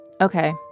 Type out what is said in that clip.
Okay